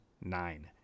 nine